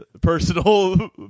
personal